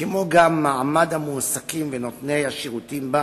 כמו גם מעמד המועסקים ונותני השירותים בה,